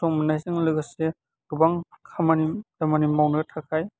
खस्थ' मोननायजों लोगोसे गोबां खामानि दामानि मावनो थाखाय